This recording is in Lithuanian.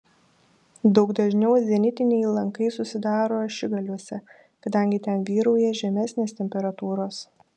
daug dažniau zenitiniai lankai susidaro ašigaliuose kadangi ten vyrauja žemesnės temperatūros